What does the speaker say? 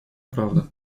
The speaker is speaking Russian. правда